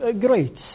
Great